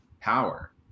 power